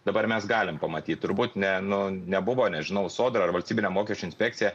dabar mes galim pamatyt turbūt ne nu nebuvo nežinau sodra ar valstybinė mokesčių inspekcija